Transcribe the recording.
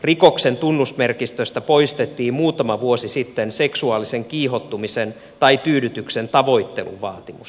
rikoksen tunnusmerkistöstä poistettiin muutama vuosi sitten seksuaalisen kiihottumisen tai tyydytyksen tavoittelun vaatimus